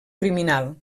criminal